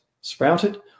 sprouted